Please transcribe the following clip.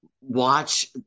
watch